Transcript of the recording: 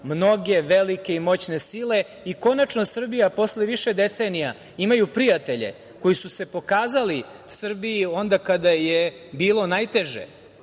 mnoge velike i moćne sile i konačno Srbija posle više decenija ima prijatelje koji su se pokazali Srbiji onda kada je bilo najteže.